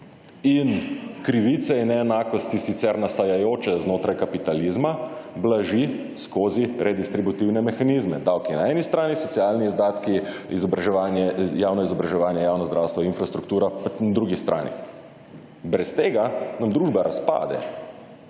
in krivice in neenakosti sicer nastajajoče znotraj kapitalizma blaži skozi redistributivne mehanizme, davki na eni strani, socialni izdatki, javno izobraževanje, javno zdravstvo, infrastruktura na drugi strani. Brez tega nam družba razpade